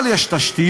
אבל יש תשתיות,